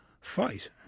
fight